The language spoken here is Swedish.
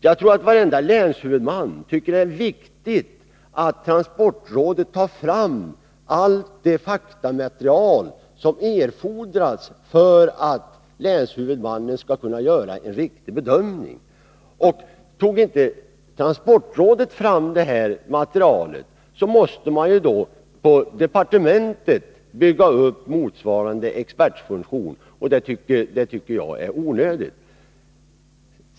Jag tror att varenda länshuvudman tycker att det är viktigt att transportrådet tar fram allt det faktamaterial som erfordras för att länshuvudmannen skall kunna göra en riktig bedömning. Och om inte transportrådet tog fram detta material måste man på departementet bygga upp motsvarande expertfunktion, och det tycker jag är onödigt.